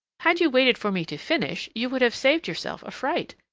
had you waited for me to finish, you would have saved yourself a fright.